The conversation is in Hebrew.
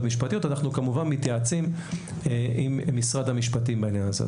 משפטיות אנחנו כמובן מתייעצים עם משרד המשפטים בעניין הזה.